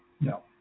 No